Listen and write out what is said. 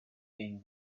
being